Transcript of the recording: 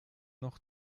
noch